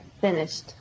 Finished